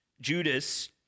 judas